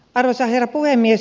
arvoisa herra puhemies